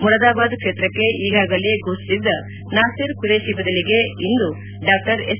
ಮುರಾದಾಬಾದ್ ಕ್ಷೇತ್ರಕ್ಕೆ ಈಗಾಗಲೇ ಘೋಷಿಸಿದ್ದ ನಾಸಿರ್ ಖುರೇಶಿ ಬದಲಿಗೆ ಇಂದು ಡಾ ಎಸ್